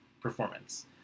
performance